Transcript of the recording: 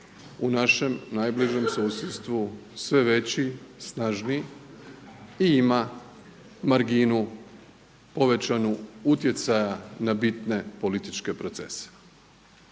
u našem najbližem susjedstvu sve veći i snažniji i ima marginu povećanu utjecaja na bitne političke procese.